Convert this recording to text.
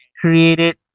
created